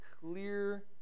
clear